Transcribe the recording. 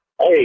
Hey